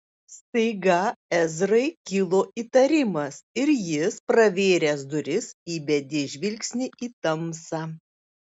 staiga ezrai kilo įtarimas ir jis pravėręs duris įbedė žvilgsnį į tamsą